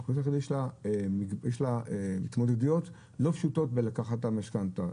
האוכלוסיה החרדית יש לה התמודדויות לא פשוטות בלקחת משכנתא,